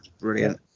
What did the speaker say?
brilliant